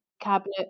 cabinet